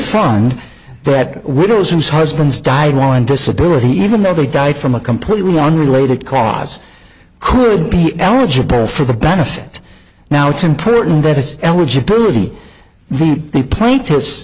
fund that windows whose husbands died while in disability even though they died from a completely unrelated cause could be eligible for the benefit now it's important that it's eligibility then the plaintiffs